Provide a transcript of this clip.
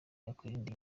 yakwirinda